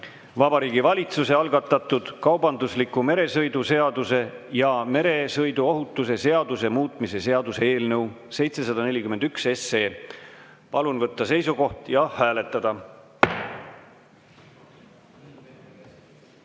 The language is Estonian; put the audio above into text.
Vabariigi Valitsuse algatatud kaubandusliku meresõidu seaduse ja meresõiduohutuse seaduse muutmise seaduse eelnõu 741. Palun võtta seisukoht ja hääletada!